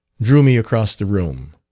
drew me across the room.